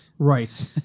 Right